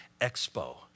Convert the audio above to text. expo